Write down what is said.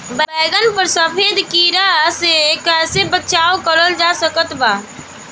बैगन पर सफेद कीड़ा से कैसे बचाव कैल जा सकत बा?